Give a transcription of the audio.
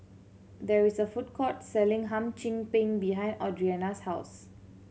there is a food court selling Hum Chim Peng behind Audriana's house